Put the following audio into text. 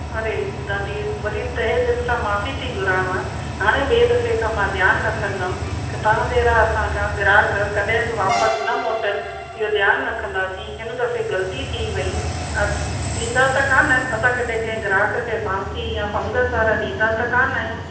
अरे दादी वरी तहे दिल सां माफ़ी थी घुरांव हाणे ॿिए दफ़े खां मां ध्यानु रखंदमि कि तव्हां जहिड़ा असांखां ग्राहक कॾहिं बि वापसि न मोटन इहो ध्यानु रखंदासीं हिन दफ़े ग़लती थी वई अद ईंदा त कोन आहिनि असां कॾहिं कंहिं ग्राहक खे बांसी या फ़ंगस वारा ॾींदा त कोन आहियूं